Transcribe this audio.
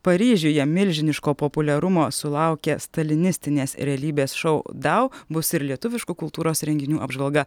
paryžiuje milžiniško populiarumo sulaukė stalinistinės realybės šou dau bus ir lietuviškų kultūros renginių apžvalga